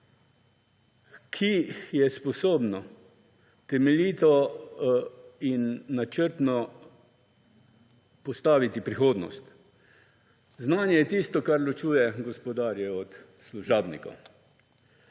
ki je sposobno temeljito in načrtno postaviti prihodnost. Znanje je tisto, kar ločuje gospodarja od služabnikov.